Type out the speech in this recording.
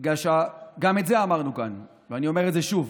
בגלל שגם את זה אמרנו כאן, ואני אומר את זה שוב: